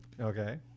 Okay